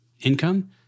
income